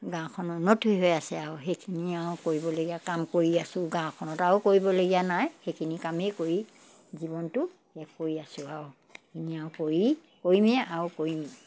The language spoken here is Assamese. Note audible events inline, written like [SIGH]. গাঁওখন উন্নতি হৈ আছে আৰু সেইখিনি আৰু কৰিবলগীয়া কাম কৰি আছোঁ গাঁওখনত আৰু কৰিবলগীয়া নাই সেইখিনি কামেই কৰি জীৱনটো সেইয়া কৰি আছোঁ আৰু [UNINTELLIGIBLE] আৰু কৰি কৰিমেই আৰু কৰিম